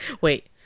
wait